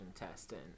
intestine